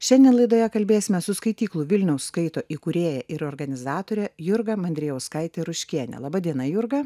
šiandien laidoje kalbėsime su skaityklų vilnius skaito įkūrėja ir organizatorė jurga mandrijauskaite ruškiene laba diena jurga